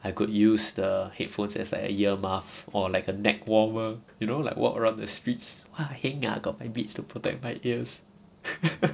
I could use the headphones as like a ear muff or like a neck warmer you know like walk around the streets !wah! heng ah got my beats to protect my ears